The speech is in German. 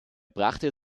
brachte